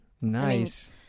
Nice